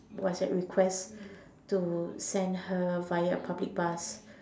what's that request to send her via a public bus